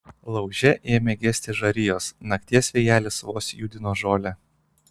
lauže ėmė gesti žarijos nakties vėjelis vos judino žolę